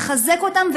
ולחזק אותם,